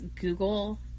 Google